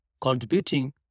contributing